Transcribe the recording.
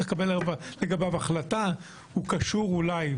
צריך לקבל לגביו החלטה, והוא קשור, אולי.